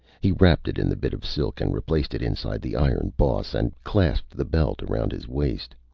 he wrapped it in the bit of silk and replaced it inside the iron boss, and clasped the belt around his waist.